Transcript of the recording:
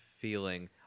feeling